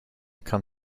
come